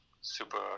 super